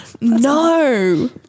no